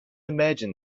imagine